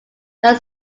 can